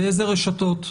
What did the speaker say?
באיזה רשתות,